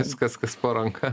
viskas kas po ranka